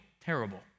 terrible